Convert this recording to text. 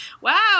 Wow